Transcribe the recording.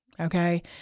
Okay